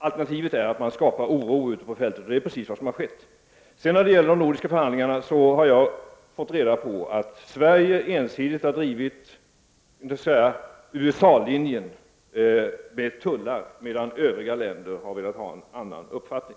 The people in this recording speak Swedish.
Alternativet är att oro skapas ute på fältet, och detta är precis vad som har skett. När det gäller de nordiska förhandlingarna har jag fått reda på att Sverige ensidigt har drivit vad vi kan kalla USA-linjen i fråga om tullar, medan övriga länder har haft en annan uppfattning.